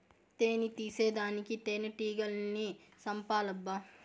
తేని తీసేదానికి తేనెటీగల్ని సంపాలబ్బా